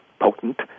potent